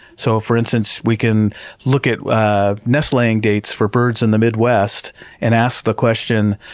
so, for instance, we can look at nest laying dates for birds in the midwest and ask the question,